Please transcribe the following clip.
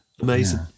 amazing